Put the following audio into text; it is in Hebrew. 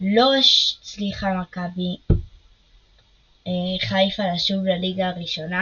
לא הצליחה מכבי חיפה לשוב לליגה הראשונה